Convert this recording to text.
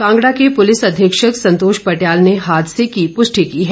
कांगड़ा के पुलिस अधीक्षक संतोष पटियाल ने हादसे की पुष्टि की है